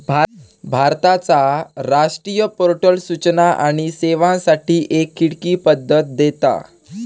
भारताचा राष्ट्रीय पोर्टल सूचना आणि सेवांसाठी एक खिडकी पद्धत देता